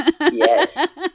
Yes